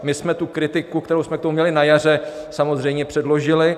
My jsme tu kritiku, kterou jsme tu měli na jaře, samozřejmě předložili.